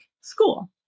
school